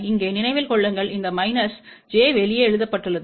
இங்கே நினைவில் கொள்ளுங்கள் இந்த மைனஸ் j வெளியே எழுதப்பட்டுள்ளது